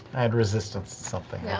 had resistance